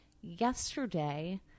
yesterday